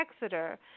Exeter